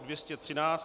213.